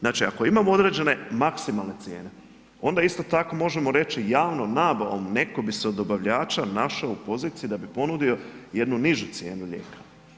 Znači, ako imamo određene maksimalne cijene, onda isto tako možemo reći javnom nabavom, netko bi se od dobavljača našao u poziciji da bi ponudio jednu nižu cijenu lijeka.